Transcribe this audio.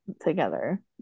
together